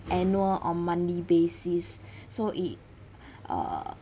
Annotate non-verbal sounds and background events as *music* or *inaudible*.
annual or monthly basis *breath* so it err